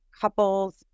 couples